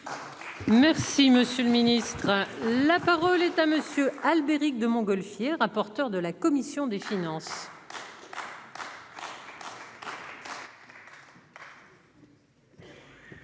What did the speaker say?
Merci monsieur le ministre. La parole est à monsieur Albéric de Montgolfier, rapporteur de la commission des finances.